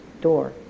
door